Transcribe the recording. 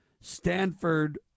Stanford